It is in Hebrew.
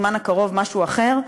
בזמן הקרוב משהו אחר,